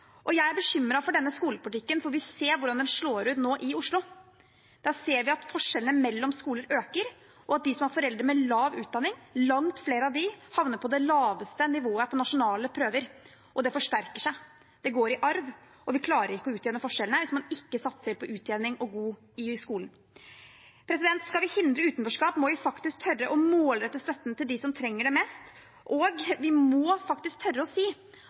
Jeg er bekymret for denne skolepolitikken fordi vi ser hvordan den nå slår ut i Oslo. Der ser vi at forskjellene mellom skoler øker, og at langt flere av dem som har foreldre med lav utdanning, havner på det laveste nivået på nasjonale prøver – og det forsterker seg, det går i arv. Og vi klarer ikke å utjevne forskjellene hvis man ikke satser på utjevning og god skole. Skal vi hindre utenforskap, må vi faktisk tørre å målrette støtten til dem som trenger den mest, og vi må faktisk tørre å si